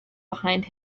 behind